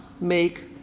make